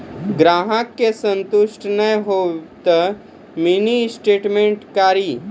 ग्राहक के संतुष्ट ने होयब ते मिनि स्टेटमेन कारी?